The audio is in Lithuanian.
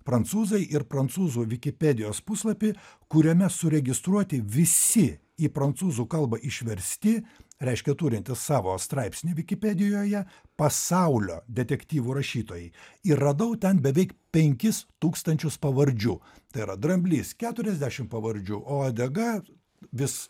prancūzai ir prancūzų vikipedijos puslapy kuriame suregistruoti visi į prancūzų kalbą išversti reiškia turintys savo straipsnį vikipedijoje pasaulio detektyvų rašytojai ir radau ten beveik penkis tūkstančius pavardžių tai yra dramblys keturiasdešim pavardžių o uodega vis